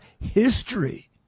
history